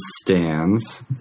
stands